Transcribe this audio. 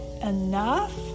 enough